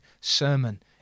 sermon